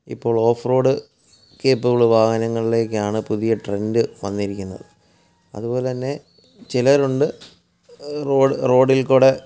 ഇപ്പോൾ off road capable വാഹനങ്ങളിലേക്കാണ് പുതിയ ട്രെൻഡ് വന്നിരിക്കുന്നത് അതുപോലെതന്നെ ചിലരുണ്ട് റോഡ് റോഡിൽക്കൂടെ